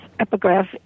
epigraph